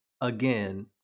again